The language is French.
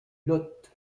lot